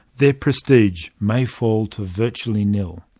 their prestige may fall to virtually nil.